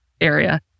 area